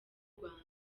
rwanda